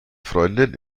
freundin